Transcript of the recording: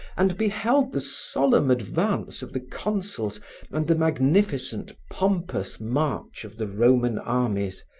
and beheld the solemn advance of the consuls and the magnificent, pompous march of the roman armies,